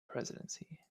presidency